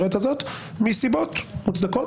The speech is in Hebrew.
מסיבות מוצדקות,